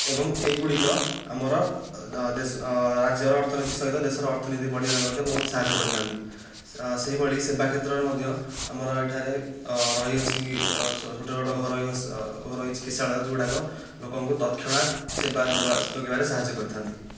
ଏବଂ ଏଗୁଡ଼ିକ ଆମର ରାଜ୍ୟର ଅର୍ଥନୀତି ସହିତ ଦେଶର ଅର୍ଥନୀତି ବଢ଼ାଇବାରେ ମଧ୍ୟ ବହୁତ ସାହାଯ୍ୟ କରିଥାନ୍ତି ସେହିଭଳି ସେବା କ୍ଷେତ୍ରରେ ମଧ୍ୟ ଆମର ଏଠାରେ ରହିଅଛି ଛୋଟ ଛୋଟ ଘରୋଇ ଚିକିତ୍ସାଳୟ ଯେଉଁଗୁଡ଼ିକ ଲୋକଙ୍କୁ ତତ୍କ୍ଷଣାତ୍ ସେବା ଯୋଗାଇବାରେ ସାହାଯ୍ୟ କରିଥାନ୍ତି